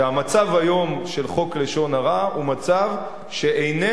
שהמצב היום של חוק לשון הרע הוא מצב שאיננו